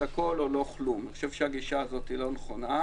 הכול או לא כלום בל אני חושב שהגישה הזאת היא לא נכונה,